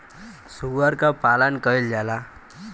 सूअर क पालन कइल जाला